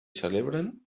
celebren